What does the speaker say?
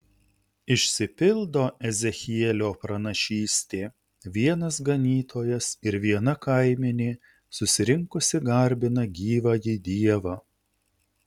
išsipildo ezechielio pranašystė vienas ganytojas ir viena kaimenė susirinkusi garbina gyvąjį dievą